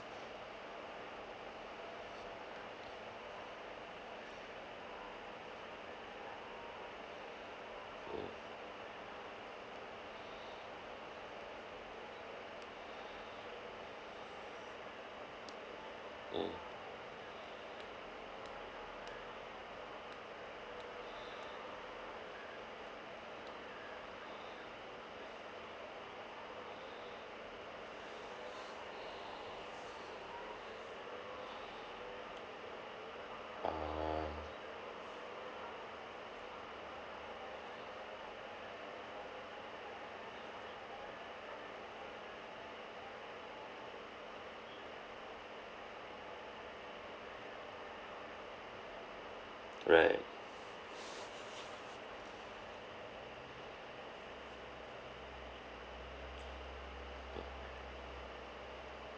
mm mm ah right